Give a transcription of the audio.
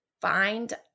find